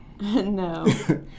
No